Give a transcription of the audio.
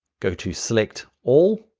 go to select all,